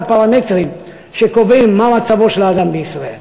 הפרמטרים שקובעים מה מצבו של האדם בישראל.